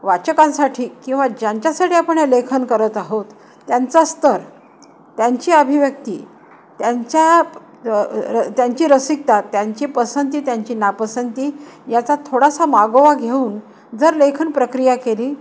वाचकांसाठी किंवा ज्यांच्यासाठी आपण हे लेखन करत आहोत त्यांचा स्तर त्यांची अभिव्यक्ती त्यांच्या त्यांची रसिकता त्यांची पसंती त्यांची नापसंती याचा थोडासा मागोवा घेऊन जर लेखन प्रक्रिया केली